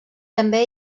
també